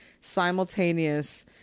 simultaneous